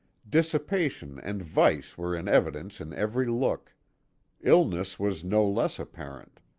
dissipation and vice were in evidence in every look illness was no less apparent.